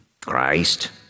Christ